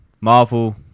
Marvel